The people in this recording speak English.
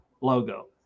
logo